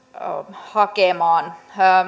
hakemaan